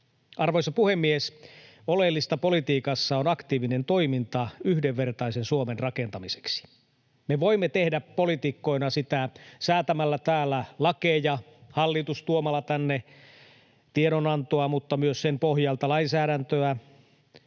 Arvoisa puhemies! Oleellista politiikassa on aktiivinen toiminta yhdenvertaisen Suomen rakentamiseksi. Me voimme tehdä poliitikkoina sitä säätämällä täällä lakeja, hallitus tuomalla tänne tiedonantoja, mutta myös sen pohjalta lainsäädäntöä,